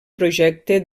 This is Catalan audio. projecte